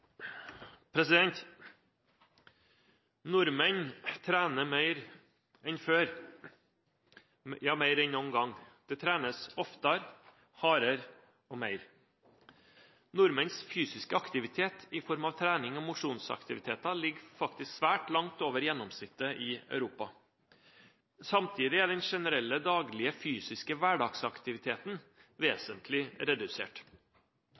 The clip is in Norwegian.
Nordmenn trener mer enn før – ja, mer enn noen gang. Det trenes oftere, hardere og mer. Nordmenns fysiske aktivitet i form av trening og mosjonsaktiviteter ligger faktisk svært langt over gjennomsnittet i Europa. Samtidig er den generelle daglige fysiske hverdagsaktiviteten vesentlig redusert.